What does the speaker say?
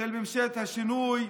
של ממשלת השינוי,